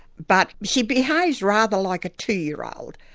but she behaves rather like a two year old.